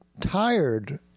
tired